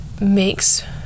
makes